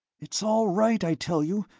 it's all right, i tell you.